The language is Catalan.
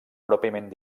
pròpiament